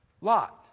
Lot